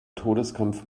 todeskampf